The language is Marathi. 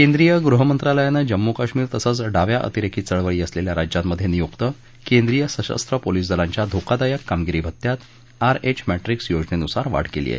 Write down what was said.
केंद्रीय गृहमंत्रालयानं जम्मू कश्मीर तसंच डाव्या अतिरेकी चळवळी असलेल्या राज्यांमध्ये नियुक्त केंद्रीय सशस्त्र पोलीस दलांच्या धोकादायक कामगिरी भत्त्यात आर एच मॅट्रीक्स योजनेनुसार वाढ केली आहे